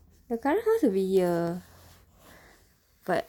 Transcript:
the current house will be here but